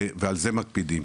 ועל זה מקפידים,